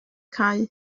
cau